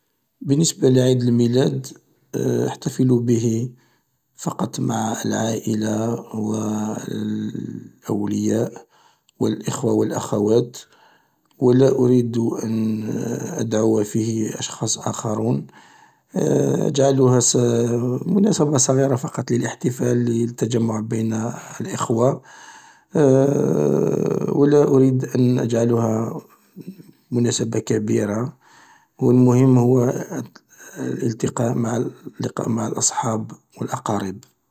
بالنسبة لعيد الميلاد أحتفل به فقط مع العائلة و الأولياء و الإخوة و الأخوات و لا أريد أن أدعو فيه أشخاص آخرون أجعلها مناسبة صغيرة فقط للإحتفال للتجمع بين الإخوة و لا أريد أن أجعلها مناسبة كبيرة و المهم هو الإلتقاء مع الأصحاب و الأقارب.